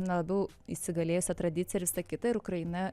na labiau įsigalėjusią tradiciją ir visa kita ir ukraina